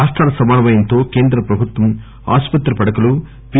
రాష్టాల సమన్వయంతో కలిసి కేంద్ర ప్రభుత్వం ఆసుపత్రి పడకలు పి